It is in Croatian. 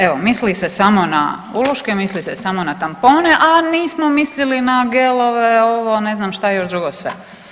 Evo misli se samo na uloške, misli se samo na tampone, a nismo mislili na gelove, ovo, ne znam što još drugo sve.